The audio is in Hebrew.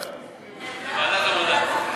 ועדת העבודה.